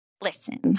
Listen